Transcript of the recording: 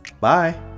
Bye